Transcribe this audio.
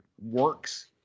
works